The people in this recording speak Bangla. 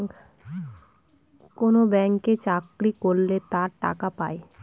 কোনো ব্যাঙ্কে চাকরি করলে তারা টাকা পায়